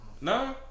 No